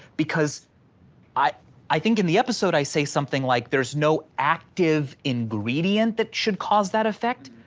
because i i think in the episode, i say something like there's no active ingredient that should cause that effect.